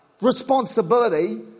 responsibility